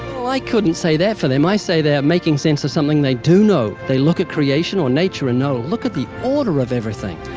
like couldn't say that for them. i say they are making sense of something they do know. they look at creation or nature and know. look at the order of everything.